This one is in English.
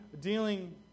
dealing